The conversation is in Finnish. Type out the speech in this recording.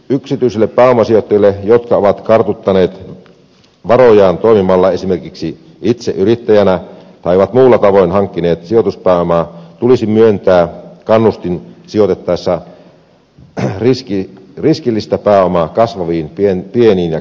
yksityisille pääomasijoittajille jotka ovat kartuttaneet varojaan toimimalla esimerkiksi itse yrittäjinä tai ovat muulla tavalla hankkineet sijoituspääomaa tulisi myöntää kannustin sijoitettaessa riskillistä pääomaa kasvaviin pieniin ja keskisuuriin yrityksiin